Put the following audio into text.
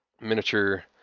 miniature